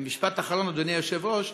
ומשפט אחרון, אדוני היושב-ראש: